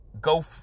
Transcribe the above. Go